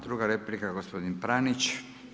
Druga replika gospodin Pranić.